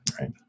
right